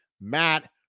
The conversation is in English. Matt